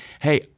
hey